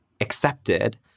accepted